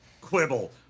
quibble